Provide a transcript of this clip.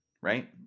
right